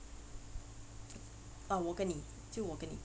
我給你只我給你